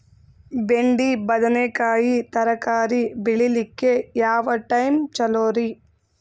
ಬೆಂಡಿ ಬದನೆಕಾಯಿ ತರಕಾರಿ ಬೇಳಿಲಿಕ್ಕೆ ಯಾವ ಟೈಮ್ ಚಲೋರಿ?